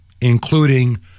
including